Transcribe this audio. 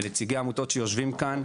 ונציגי העמותות שיושבים כאן,